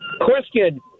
Question